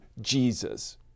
Jesus